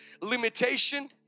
limitation